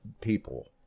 people